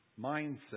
mindset